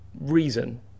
reason